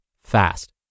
fast